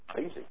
Easy